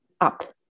up